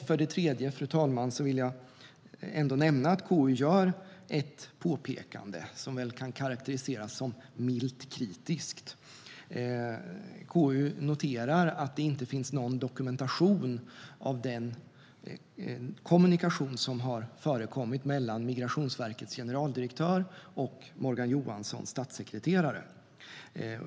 För det tredje, fru talman, vill jag ändå nämna att KU gör ett påpekande, som väl kan karakteriseras som milt kritiskt. KU noterar att det inte finns någon dokumentation av den kommunikation som har förekommit mellan Migrationsverkets generaldirektör och Morgan Johanssons statssekreterare.